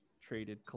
traded